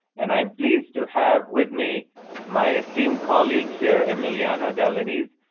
and i'm pleased to have with me my esteemed colleague here, emiliano dall'anese,